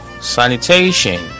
sanitation